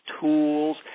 tools